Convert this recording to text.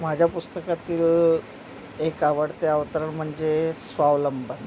माझ्या पुस्तकातील एक आवडते अवतरण म्हणजे स्वावलंबन